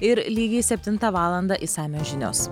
ir lygiai septintą valandą išsamios žinios